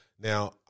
Now